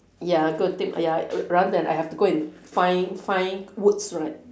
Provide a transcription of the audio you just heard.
ya got to take ya rather than I have to go and find find woods right